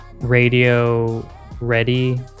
radio-ready